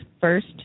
first